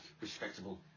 respectable